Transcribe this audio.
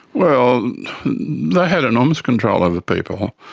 well, they had enormous control over people.